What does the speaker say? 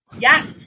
Yes